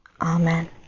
Amen